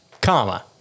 Comma